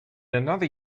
another